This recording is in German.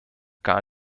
gar